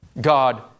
God